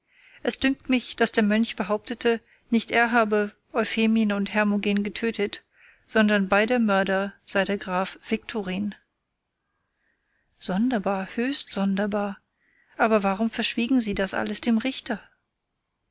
es dünkt mich daß der mönch behauptete nicht er habe euphemien und hermogen getötet sondern beider mörder sei der graf viktorin sonderbar höchst sonderbar aber warum verschwiegen sie das alles dem richter